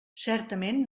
certament